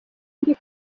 mbi